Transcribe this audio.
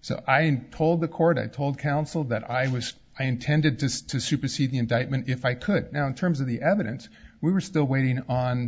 so i told the court i told counsel that i was i intended to supersede the indictment if i could now in terms of the evidence we were still waiting on